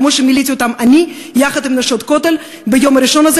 כמו שמילאתי אותן אני יחד עם "נשות הכותל" ביום ראשון זה,